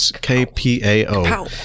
k-p-a-o